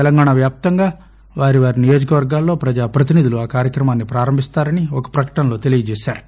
తెలంగాణ వ్యాప్తంగా వారి వారి నియోజకవర్గాల్లో ప్రజాప్రతినిధులు ఆ కార్యక్రమాన్పి ప్రారంభిస్తారని ఒక ప్రకటనలో తెలిపారు